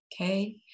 okay